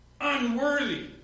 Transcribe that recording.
unworthy